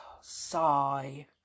Sigh